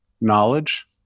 knowledge